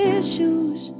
issues